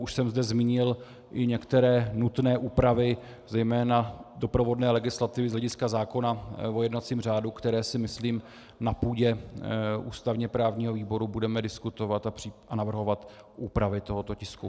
Už jsem zde zmínil i některé nutné úpravy zejména doprovodné legislativy z hlediska zákona o jednacím řádu, které si myslím na půdě ústavněprávního výboru budeme diskutovat a budeme navrhovat úpravy tohoto tisku.